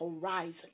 horizon